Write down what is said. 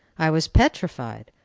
i was petrified.